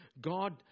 God